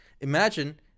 Imagine